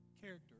character